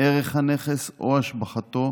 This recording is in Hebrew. ערך הנכס או השבחתו,